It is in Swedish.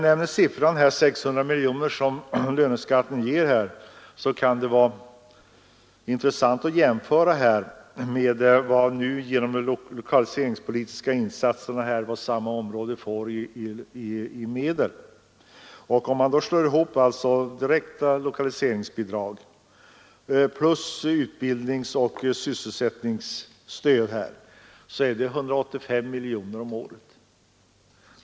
Summan 600 miljoner, som löneskatten ger, kan vara intressant att jämföra med vad de lokaliseringspolitiska insatserna inom samma område kostar. Om man slår ihop direkta lokaliseringsbidrag med utbildningsoch sysselsättningsstöd blir det 185 miljoner om året.